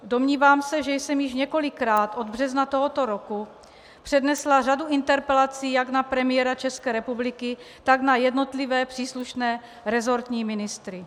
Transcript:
Domnívám se, že jsem již několikrát od března tohoto roku přednesla řadu interpelací jak na premiéra České republiky, tak na jednotlivé příslušné resortní ministry.